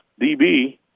DB